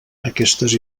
aquestes